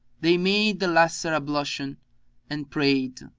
they made the lesser ablution and prayed